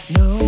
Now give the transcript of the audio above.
no